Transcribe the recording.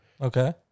Okay